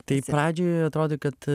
tai pradžioje atrodė kad